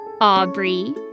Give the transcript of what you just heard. Aubrey